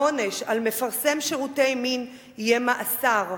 העונש על מפרסם שירותי מין יהיה מאסר,